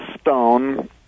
stone